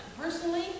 personally